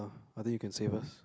I think you can say first